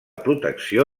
protecció